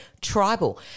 tribal